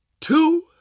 two